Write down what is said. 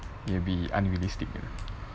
it'll be unrealistic